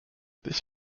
this